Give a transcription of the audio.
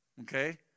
Okay